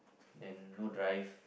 then no drive